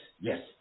yes